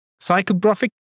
Psychographic